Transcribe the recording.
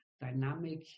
dynamic